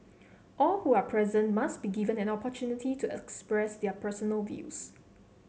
all who are present must be given an opportunity to express their personal views